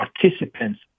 participants